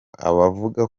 abavuga